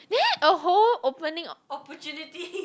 there a hole opening